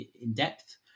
in-depth